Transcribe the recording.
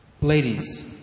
Ladies